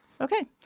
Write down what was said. Okay